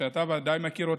שאתה ודאי מכיר אותה,